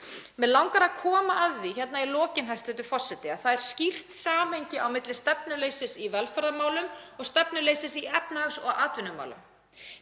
Mig langar að koma að því hérna í lokin, hæstv. forseti, að það er skýrt samhengi á milli stefnuleysis í velferðarmálum og stefnuleysis í efnahags- og atvinnumálum.